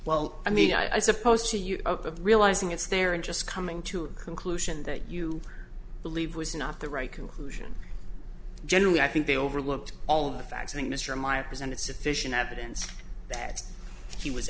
well i mean i suppose to you of realizing it's there and just coming to a conclusion that you believe was not the right conclusion generally i think they overlooked all of the facts and mr meyer presented sufficient evidence that he was